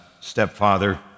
stepfather